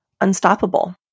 unstoppable